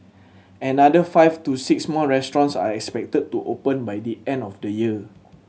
another five to six more restaurants are expected to open by the end of the year